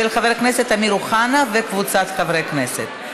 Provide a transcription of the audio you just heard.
של חבר הכנסת אמיר אוחנה וקבוצת חברי הכנסת.